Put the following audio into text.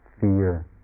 fear